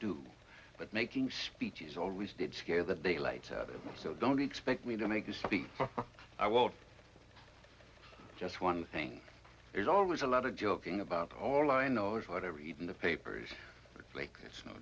do but making speeches always did scare the daylights out of it so don't expect me to make you see i won't just one thing there's always a lot of joking about all i know is what i read in the papers it's like it's no